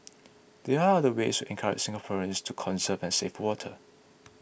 there are other ways encourage Singaporeans to conserve and save water